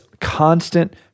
constant